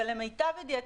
ולמיטב ידיעתי,